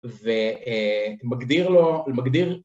ומגדיר לו מגדיר